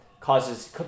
causes